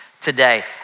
today